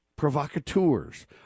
provocateurs